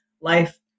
life